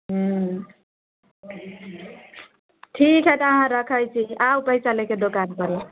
ठीक हय तहन रखैत छी आउ पैसा लेके दोकान पर